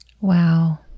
Wow